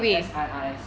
cause S_I_R_S